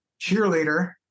cheerleader